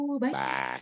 Bye